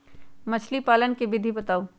मछली पालन के विधि बताऊँ?